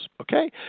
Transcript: Okay